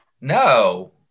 No